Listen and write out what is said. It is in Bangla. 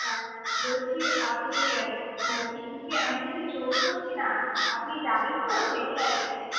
হ্যাঁ বলছি আপনি মানে পিকনিকে আমি কিন্তু জোর করছি না আপনি যাবেন তো সেটাই আর কি